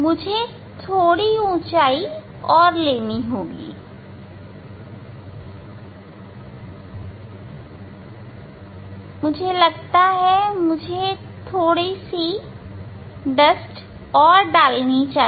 मुझे थोड़ी ऊंचाई और लेनी होगी मुझे लगता है मुझे थोड़ी और डस्ट लेनी चाहिए